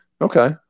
Okay